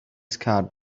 scott